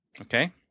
Okay